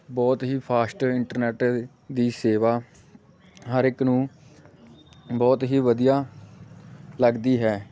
ਬਹੁਤ ਹੀ fast internet ਦੀ ਸੇਵਾ ਹਰ ਇੱਕ ਨੂੰ ਬਹੁਤ ਹੀ ਵਧੀਆ ਲੱਗਦੀ ਹੈ